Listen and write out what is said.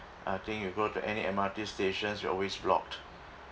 I think you go to any M_R_T stations you're always blocked